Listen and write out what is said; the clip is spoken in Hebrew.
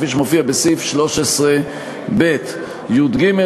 כפי שמופיע בסעיף 13(ב); יג.